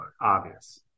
obvious